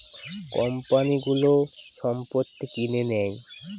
কোম্পানিগুলো সম্পত্তি কিনে নেয়